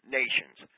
nations